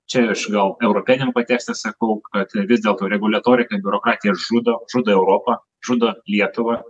čia aš gal europiniam kontekste sakau kad vis dėlto reguliatorika ir biurokratija žudo žudo europą žudo lietuvą